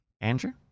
Andrew